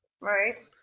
Right